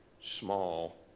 small